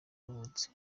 yavutse